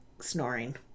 snoring